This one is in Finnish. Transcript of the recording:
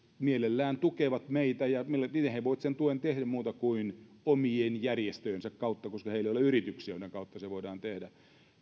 mielellään tukevat meitä ja miten he voivat sen tuen tehdä muuta kuin omien järjestöjensä kautta koska heillä ei ole yrityksiä joiden kautta se voidaan tehdä